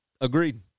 Agreed